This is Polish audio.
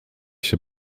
się